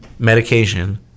Medication